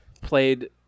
played